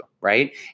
right